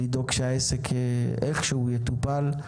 לדאוג שהעסק איכשהו יטופל.